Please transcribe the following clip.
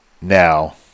Now